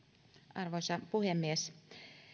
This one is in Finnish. arvoisa puhemies